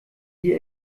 die